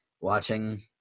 watching